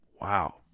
Wow